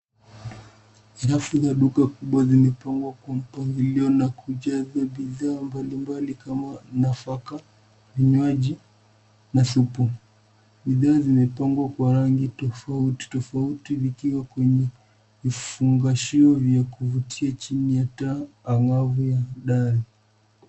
Rafu za duka kubwa, zimepangwa kwa mpangilio na kujaza bidhaa mbalimbali kama nafaka, vinywaji na supu. Bidhaa zimepangwa kwa rangi tofauti tofauti vikiwa kwenye vifungashio vya kuvutia chini ya taa angavu ya dari.